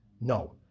No